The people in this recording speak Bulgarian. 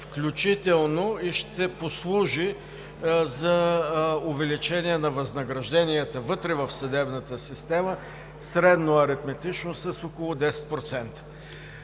включително ще послужи за увеличение на възнагражденията вътре в съдебната система средно аритметично с около 10%,